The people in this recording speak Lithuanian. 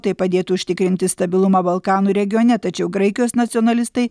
tai padėtų užtikrinti stabilumą balkanų regione tačiau graikijos nacionalistai